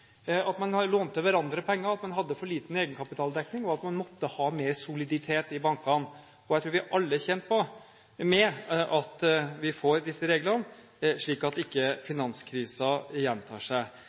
at man lånte hverandre penger, at man hadde for liten egenkapitaldekning, og at man måtte ha mer soliditet i bankene. Jeg tror vi alle er tjent med at vi får disse reglene, slik at ikke